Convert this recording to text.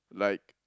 like